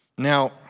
Now